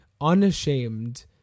unashamed